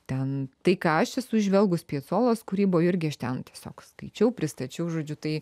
ten tai ką aš esu įžvelgus piacolos kūryboje irgi aš ten tiesiog skaičiau pristačiau žodžiu tai